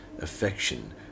affection